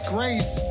Grace